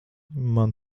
man